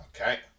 Okay